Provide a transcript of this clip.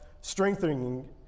strengthening